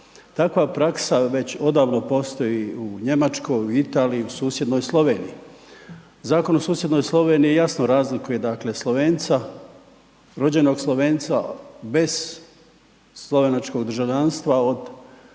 Takva praksa već odavno postoji u Njemačkoj, u Italiji u susjednoj Sloveniji. Zakon u susjednoj Sloveniji jasno razliku dakle Slovenca, rođenog Slovenca bez slovenačkog državljanstva od